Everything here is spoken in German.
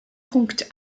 punkt